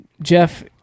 Jeff